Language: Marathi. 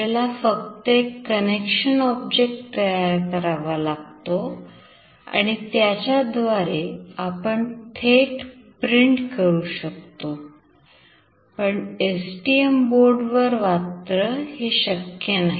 आपल्याला फक्त एक connection object तयार करावा लागतो आणि त्याच्या द्वारे आपण थेट print करू शकतो पण STM बोर्ड वरती मात्र हे शक्य नाही